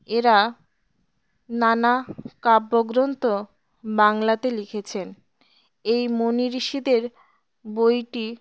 এরা নানা কাব্যগ্রন্থ বাংলাতে লিখেছেন এই মুনি ঋষিদের বইটি